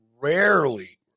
rarely